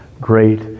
great